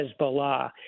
Hezbollah